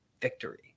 victory